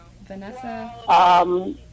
Vanessa